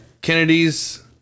Kennedy's